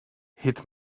hit